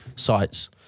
sites